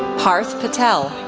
parth patel,